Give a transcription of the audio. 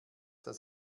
das